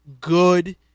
good